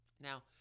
Now